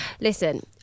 Listen